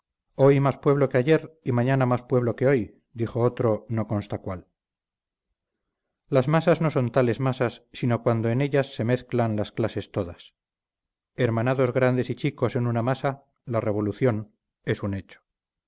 hoy más pueblo que ayer y mañana más pueblo que hoy dijo otro no consta cuál las masas no son tales masas sino cuando en ellas se mezclan las clases todas hermanados grandes y chicos en una masa la revolución es un hecho